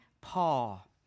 Paul